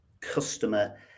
customer